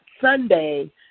Sunday